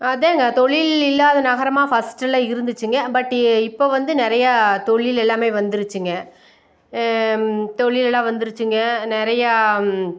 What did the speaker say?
அதாங்க தொழில் இல்லாத நகரமாக ஃபஸ்ட்டுலாம் இருந்துச்சுங்க பட்டு இப்போ வந்து நிறையா தொழில் எல்லாமே வந்துருச்சுங்க தொழில் எல்லாம் வந்துருச்சுங்க நிறையா